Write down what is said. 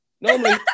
Normally